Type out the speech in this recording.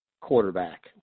Quarterback